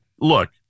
Look